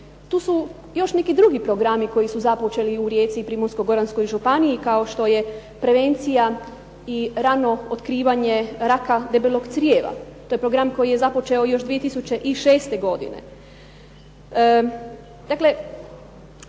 Tu su još neki drugi programi koji su započeli u Rijeci, Primorsko-goranskoj županiji, kao što je prevencija i rano otkrivanje raka debelog crijeva. To je program koji je započeo još 2006. godine.